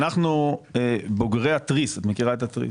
אנחנו בוגרי התריס, את מכירה את התריס?